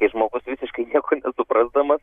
kai žmogus visiškai nieko nesuprasdamas